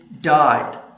died